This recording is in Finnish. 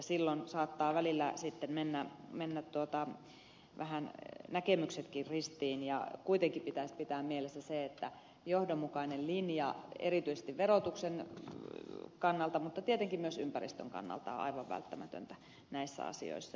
silloin saattavat välillä mennä vähän näkemyksetkin ristiin ja kuitenkin pitäisi pitää mielessä se että johdonmukainen linja erityisesti verotuksen kannalta mutta tietenkin myös ympäristön kannalta on aivan välttämätöntä näissä asioissa